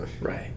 right